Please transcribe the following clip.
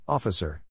Officer